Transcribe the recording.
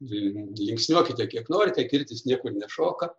linksniuokite kiek norite kirtis niekur nešoka